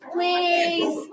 Please